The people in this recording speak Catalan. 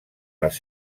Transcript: les